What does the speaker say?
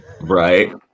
Right